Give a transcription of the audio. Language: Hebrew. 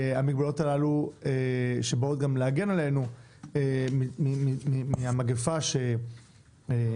המגבלות הללו שבאות גם להגן עלינו מהמגפה שהתפרצה